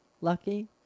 lucky